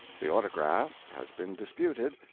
the autograph has been disputed,